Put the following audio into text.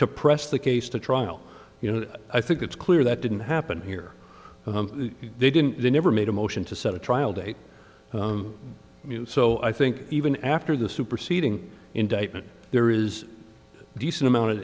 to press the case to trial you know i think it's clear that didn't happen here they didn't they never made a motion to set a trial date so i think even after the superseding indictment there is a decent amount of